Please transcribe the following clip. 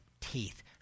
teeth